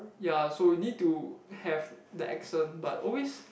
ya so we need to have the accent but always